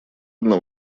одна